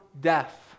death